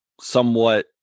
somewhat